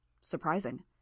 Surprising